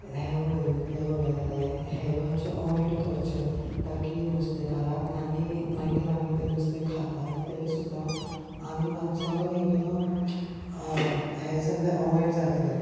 हें उडयलें तें उलयलें हें मातशें अवॉयड करचें ताकी नुस्तेंकाराक आनी मागीर आमी तें नुस्तें खातात तें सुद्दां आमी मातसो लायक यु नो हे सगलें अवॉयड जातलें